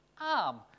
arm